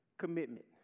commitment